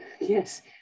Yes